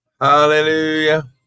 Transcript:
Hallelujah